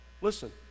Listen